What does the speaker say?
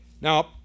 Now